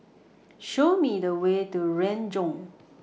Show Me The Way to Renjong